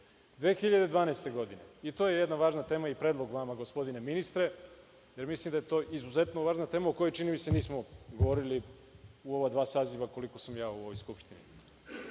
2012. godine. To je jedna važna tema i predlog vama, gospodine ministre, jer mislim da je to izuzetno važna tema o kojoj, čini mi se, nismo govorili u ova dva saziva, koliko sam u Skupštini,